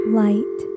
light